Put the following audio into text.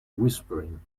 whispering